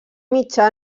mitjà